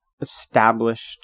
established